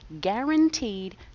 guaranteed